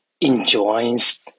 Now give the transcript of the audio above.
enjoys